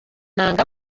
inanga